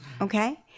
okay